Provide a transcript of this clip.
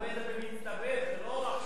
הרי זה במצטבר, זה לא עכשיו קרה.